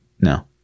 No